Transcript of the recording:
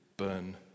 burn